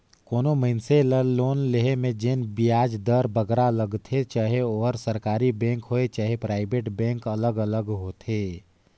कोनो मइनसे ल लोन लोहे में जेन बियाज दर बगरा लगथे चहे ओहर सरकारी बेंक होए चहे पराइबेट बेंक अलग अलग होथे